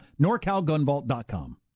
NorCalGunVault.com